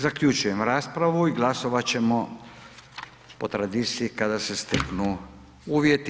Zaključujem raspravu i glasovat ćemo po tradiciji kada se steknu uvjeti.